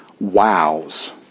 wows